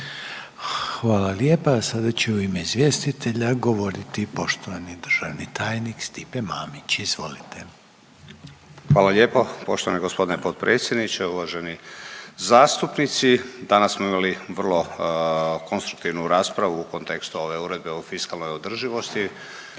Hvala lijepa. Sada će u ime izvjestitelja govoriti poštovani državni tajnik Stipe Mamić. Izvolite. **Mamić, Stipe** Hvala lijepo poštovani gospodine potpredsjedniče, uvaženi zastupnici. Danas smo imali vrlo konstruktivnu raspravu u kontekstu ove Uredbe o fiskalnoj održivosti